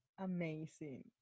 amazing